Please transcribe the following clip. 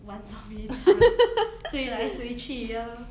玩捉迷藏追来追去 uh